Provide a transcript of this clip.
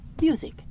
Music